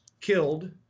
killed